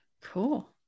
Cool